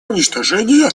уничтожения